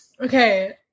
Okay